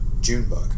Junebug